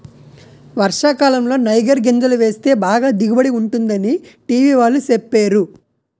వర్షాకాలంలో నైగర్ గింజలు వేస్తే బాగా దిగుబడి ఉంటుందని టీ.వి వాళ్ళు సెప్పేరు